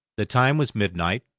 the time was midnight,